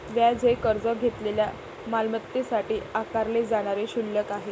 व्याज हे कर्ज घेतलेल्या मालमत्तेसाठी आकारले जाणारे शुल्क आहे